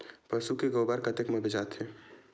पशु के गोबर कतेक म बेचाथे?